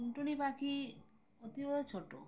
টুনটুনি পাখি অতিব ছোট